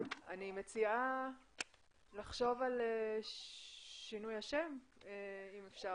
אני מציעה לחשוב על שינוי השם אם אפשר.